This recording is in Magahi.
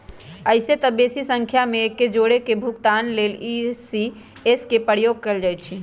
अइसेए तऽ बेशी संख्या में एके जौरे भुगतान लेल इ.सी.एस के प्रयोग कएल जाइ छइ